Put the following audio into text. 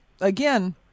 again